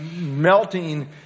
melting